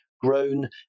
grown